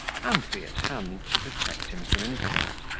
and be at hand to protect him from insult.